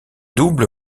double